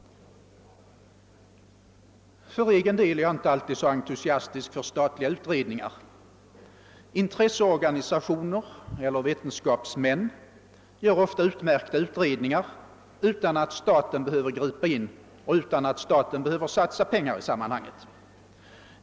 För egen del är jag inte alltid så entusiastisk för statliga utredningar. Intresseorganisationer och vetenskapsmän gör ofta utmärkta utredningar utan att staten behöver gripa in och utan att staten behöver satsa pengar i sammanhanget.